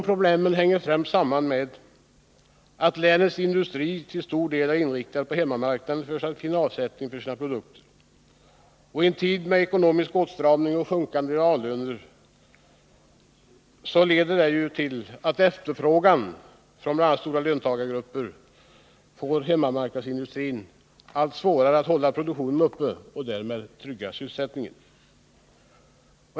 Problemen hänger främst samman med att länets industri till stor del är inriktad på att finna avsättning för sina produkter på hemmamarknaden. I en tid med ekonomisk åtstramning och sjunkande reallöner, vilket leder till vikande efterfrågan från bl.a. stora löntagargrupper, får hemmamarknadsindustrin allt svårare att hålla produktionen uppe och därmed trygga sysselsättningen.